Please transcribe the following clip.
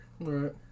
Right